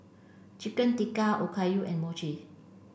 Chicken Tikka Okayu and Mochi